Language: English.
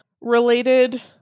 related